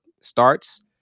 starts